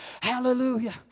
Hallelujah